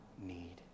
need